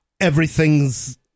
everything's